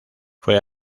fue